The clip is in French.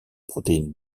protéines